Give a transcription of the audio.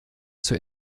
zur